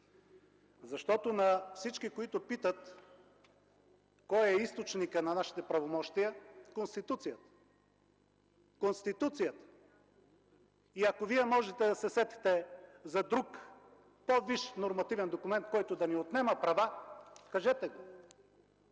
Защото на всички, които питат – кой е източникът на нашите правомощия, Конституцията. Конституцията! Ако Вие можете да се сетите за друг по-висш нормативен документ, който да ни отнема права, кажете.